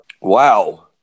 Wow